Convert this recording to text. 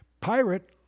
Pirate